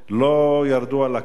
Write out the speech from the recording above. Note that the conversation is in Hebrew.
לא ירדו אל הקרקע.